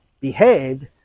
behaved